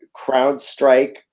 CrowdStrike